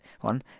one